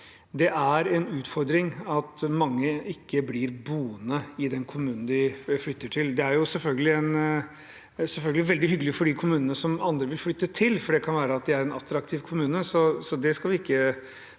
det er en utfordring at mange ikke blir boende i den kommunen de flytter til. Det er selvfølgelig veldig hyggelig for de kommunene som andre vil flytte til, for det kan være at de er attrak